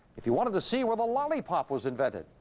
if you wanted to see where the lollipop was invented,